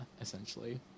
essentially